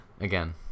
Again